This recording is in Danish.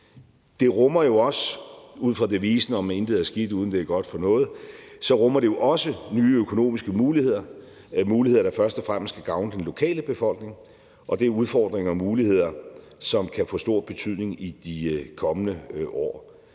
Det rummer jo ud fra devisen om, at intet er skidt, uden at det er godt for noget, også nye økonomiske muligheder – muligheder, der først og fremmest skal gavne den lokale befolkning – og det er udfordringer og muligheder, som kan få stor betydning i de kommende år.